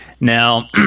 Now